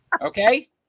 Okay